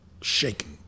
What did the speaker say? Shaking